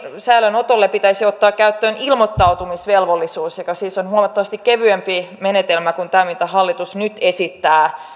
säilöönotolle pitäisi ottaa käyttöön ilmoittautumisvelvollisuus joka siis on huomattavasti kevyempi menetelmä kuin tämä mitä hallitus nyt esittää